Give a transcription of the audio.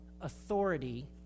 authority